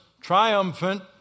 triumphant